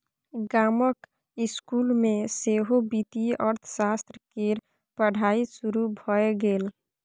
गामक इसकुल मे सेहो वित्तीय अर्थशास्त्र केर पढ़ाई शुरू भए गेल